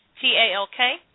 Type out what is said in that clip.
T-A-L-K